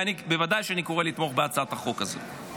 בוודאי שאני קורא לתמוך בהצעת החוק הזאת.